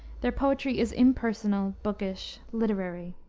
their poetry is impersonal, bookish, literary.